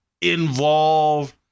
involved